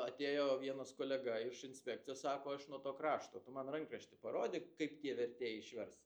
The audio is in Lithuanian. atėjo vienas kolega iš inspekcijos sako aš nuo to krašto tu man rankraštį parodyk kaip tie vertėjai išvers